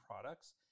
products